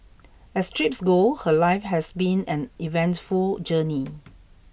as trips go her life has been an eventful journey